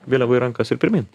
vėliavą į rankas ir pirmyn